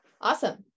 Awesome